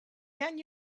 can